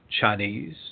Chinese